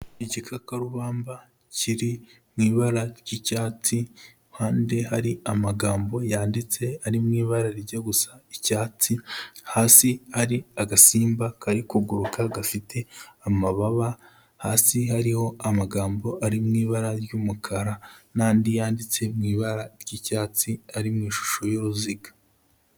Igikakarubamba kiri mu ibara ry'icyatsi, impande hari amagambo yanditse ari mu ibara rijya gusa icyatsi, hasi hari agasimba kari kuguruka gafite amababa, hasi hariho amagambo ari mu ibara ry'umukara n'andi yanditse mu ibara ry'icyatsi ari mu ishusho y'uruziga.